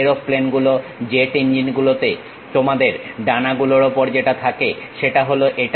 aeroplane গুলো jet engine গুলোতে তোমাদের ডানাগুলোর ওপর যেটা থাকে সেটা হলো এটা